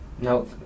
No